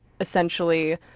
essentially